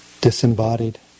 disembodied